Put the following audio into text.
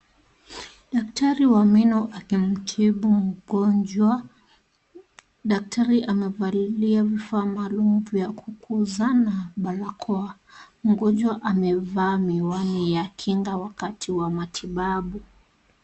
Daktari wa meno akimtibu mgonjwa. Daktari amevalia vifaa maalum vya kumkuza na barakoa mgonjwa amevaa miwani ya kinga wakati huu matibabu.